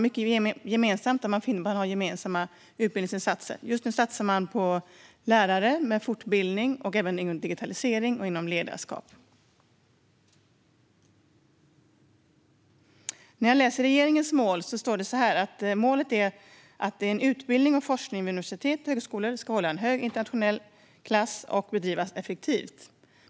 Här satsar man mycket på gemensamma utbildningsinsatser och just nu på fortbildning av lärare inom digitalisering och ledarskap. I regeringens mål står det att utbildning och forskning vid universitet och högskolor ska hålla hög internationell klass och bedrivas effektivt.